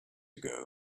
ago